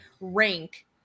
rank